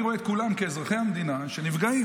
אני רואה את כולם כאזרחי המדינה שנפגעים.